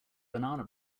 banana